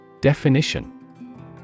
Definition